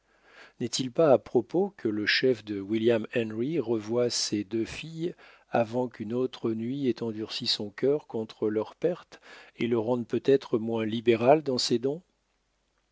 n'est-il pas à propos que le chef de william henry revoie ses deux filles avant qu'une autre nuit ait endurci son cœur contre leur perte et le rende peut-être moins libéral dans ses dons